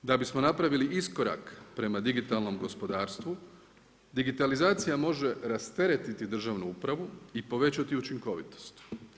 Da bismo napravili iskorak prema digitalnom gospodarstvu, digitalizacija može rasteretiti državnu upravu i povećati učinkovitost.